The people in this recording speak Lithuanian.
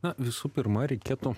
na visų pirma reikėtų